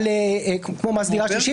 כמו מס על דירה שלישית,